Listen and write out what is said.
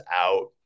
out